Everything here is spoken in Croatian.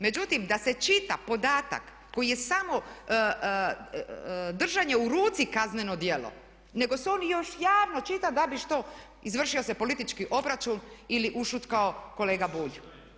Međutim, da se čita podatak koji je samo držanje u ruci kazneno djelo, nego se on još javno čita da bi što, izvršio se politički obračun ili ušutkao kolega Bulj.